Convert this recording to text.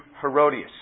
Herodias